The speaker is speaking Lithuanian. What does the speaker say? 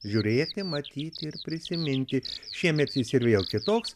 žiūrėti matyti ir prisiminti šiemet jis ir vėl kitoks